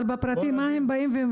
אבל לגבי בתי המרקחת הפרטיים הם דורשים